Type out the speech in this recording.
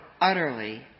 utterly